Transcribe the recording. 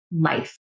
life